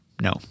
No